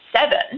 seven